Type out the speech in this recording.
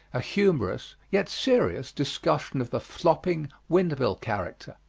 a humorous, yet serious, discussion of the flopping, wind-mill character.